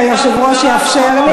אם היושב-ראש יאפשר לי.